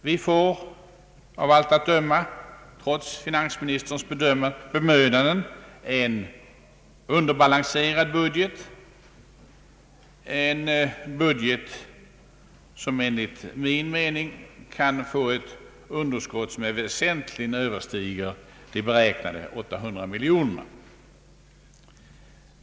Vi får av allt att döma trots finansministerns sparsamhetsbemödanden en underbalanserad budget — en budget som enligt min mening kan ge ett underskott som väsentligen överstiger de beräknade 800 miljonerna.